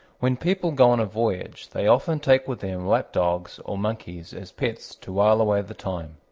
when people go on a voyage they often take with them lap-dogs or monkeys as pets to wile away the time.